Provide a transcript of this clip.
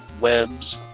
webs